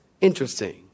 Interesting